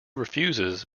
refuses